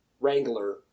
Wrangler